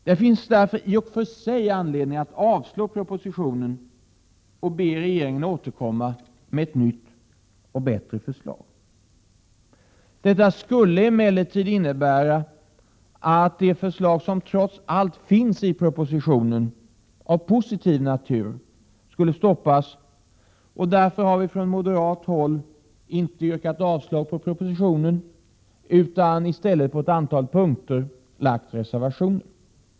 Det finns därför i och för sig anledning att avslå propositionen och be regeringen återkomma med ett nytt och bättre förslag. Detta skulle emellertid innebära att de förslag av positiv natur som trots allt finns i propositionen skulle stoppas, och därför har vi från moderat håll inte yrkat avslag på propositionen utan i stället på ett antal punkter lagt reservationer.